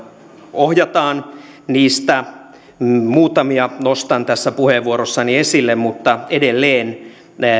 ohjataan niistä muutamia nostan tässä puheenvuorossani esille mutta edelleen